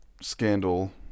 scandal